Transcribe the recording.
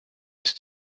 ist